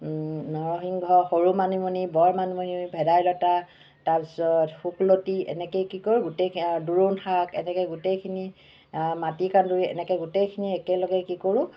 নৰসিংহ সৰু মানিমুনি বৰ মানিমুনি ভেদাইলতা তাৰপিছত শুকলতি এনেকৈ কি কৰোঁ গোটেই সেয়া আৰু দোৰোণ শাক এনেকে গোটেইখিনি মাটিকাঁদুৰি এনেকৈ গোটেইখিনি একেলগে কি কৰোঁ